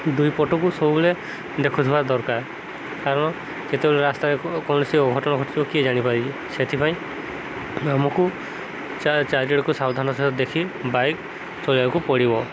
ଦୁଇ ପଟକୁ ସବୁବେଳେ ଦେଖୁଥିବା ଦରକାର କାରଣ ଯେତେବେଳେ ରାସ୍ତାରେ କୌଣସି ଅଘଟଣା ଘଟିବ କିଏ ଜାଣିପାରିବ ସେଥିପାଇଁ ଆମକୁ ଚାରିଆଡ଼କୁ ସାବଧାନର ସହିତ ଦେଖି ବାଇକ୍ ଚଲେଇବାକୁ ପଡ଼ିବ